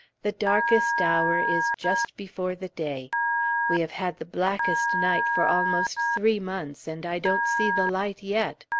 the darkest hour is just before the day we have had the blackest night for almost three months, and i don't see the light yet.